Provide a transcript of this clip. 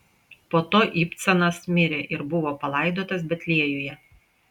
po to ibcanas mirė ir buvo palaidotas betliejuje